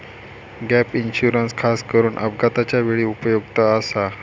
gap insurance खासकरून अपघाताच्या वेळी उपयुक्त आसा